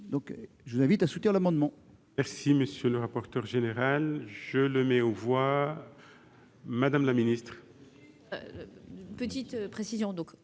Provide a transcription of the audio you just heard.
je vous invite à soutenir mon amendement.